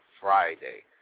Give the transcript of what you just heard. Friday